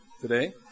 today